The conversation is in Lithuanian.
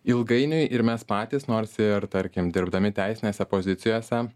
ilgainiui ir mes patys nors ir tarkim dirbdami teisinėse pozicijose